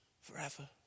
forever